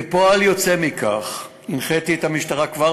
כפועל יוצא מכך הנחיתי את המשטרה כבר